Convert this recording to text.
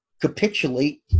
capitulate